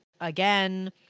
again